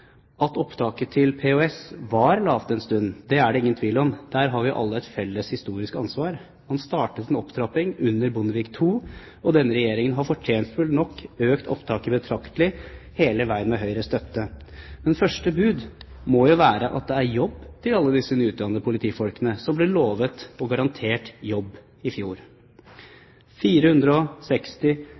At opptaket til Politihøgskolen var lavt en stund, er det ingen tvil om. Der har vi alle et felles historisk ansvar. Man startet med opptrapping under Bondevik II-regjeringen, og denne regjeringen har, fortjenstfullt nok, økt opptaket betraktelig – hele veien med Høyres støtte. Men første bud må være at det er jobb til alle disse nyutdannede politifolkene, som ble lovt og garantert jobb i fjor. 460